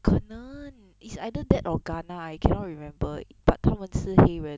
可能 it's either that or ghana I cannot remember but 他们吃黑人